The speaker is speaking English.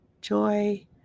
Joy